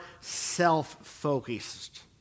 self-focused